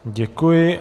Děkuji.